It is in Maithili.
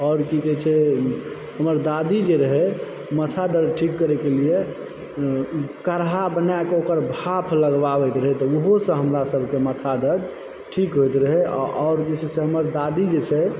आओर की कहै छै हमर दादी जे रहय माथा ठीक करय के लेल कढ़ा बनाके ओकर भाँप लगबबैत रहै तऽ ओहो सॅं हमरा सबके माथ दर्द ठीक होइत रहै आओर जे छै से हमर दादी जे छै